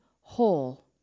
whole